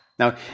Now